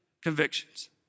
convictions